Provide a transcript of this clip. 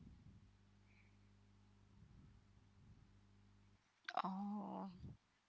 oh